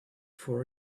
for